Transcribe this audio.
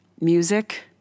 music